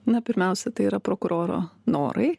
na pirmiausia tai yra prokuroro norai